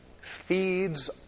Feeds